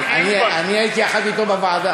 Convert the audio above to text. אני הייתי יחד אתו בוועדה.